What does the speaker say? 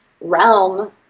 realm